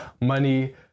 money